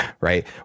right